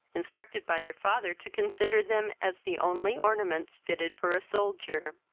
instructed by their father to consider them as the only ornaments fitted for a soldier.